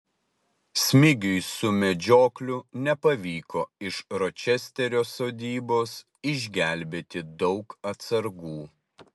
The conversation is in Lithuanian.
smigiui su medžiokliu nepavyko iš ročesterio sodybos išgelbėti daug atsargų